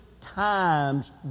times